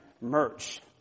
merch